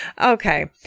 Okay